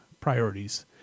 priorities